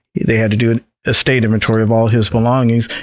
they had to do an estate inventory of all his belongings.